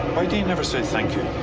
never say thank you?